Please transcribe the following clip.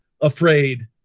afraid